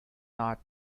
not